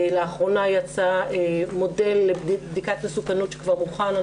לאחרונה יצא מודל לבדיקת מסוכנות שכבר הוכן,